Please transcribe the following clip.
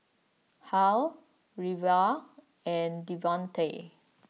Hal Reva and Devante